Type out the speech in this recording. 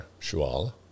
Shual